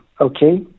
Okay